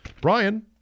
Brian